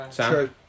True